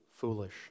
foolish